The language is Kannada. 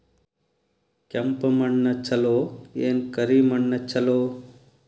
ಕೆಂಪ ಮಣ್ಣ ಛಲೋ ಏನ್ ಕರಿ ಮಣ್ಣ ಛಲೋ?